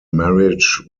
marriage